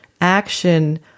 action